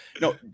No